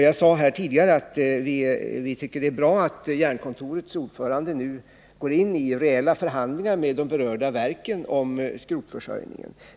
Jag sade tidigare att vi tycker det är bra att Jernkontorets ordförande nu går in i reella förhandlingar om skrotförsörjningen med de berörda verken.